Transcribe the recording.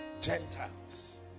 Gentiles